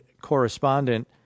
correspondent